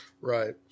Right